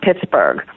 Pittsburgh